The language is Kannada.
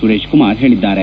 ಸುರೇಶ್ ಕುಮಾರ್ ಹೇಳಿದ್ದಾರೆ